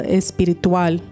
espiritual